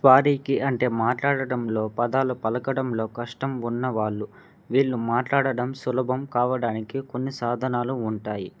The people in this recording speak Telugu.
స్పారీకి అంటే మాట్లాడడంలో పదాలు పలకడంలో కష్టం ఉన్నవాళ్ళు వీళ్ళు మాట్లాడడం సులభం కావడానికి కొన్ని సాధనాలు ఉంటాయి